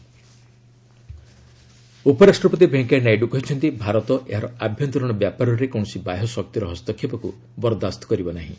VP India ଉପରାଷ୍ଟପତି ଭେଙ୍କୟା ନାଇଡ଼ କହିଛନ୍ତି ଭାରତ ଏହାର ଆଭ୍ୟନ୍ତରୀଣ ବ୍ୟାପାରରେ କୌଣସି ବାହ୍ୟ ଶକ୍ତିର ହସ୍ତକ୍ଷେପକୁ ବରଦାସ୍ତ କରିବ ନାହିଁ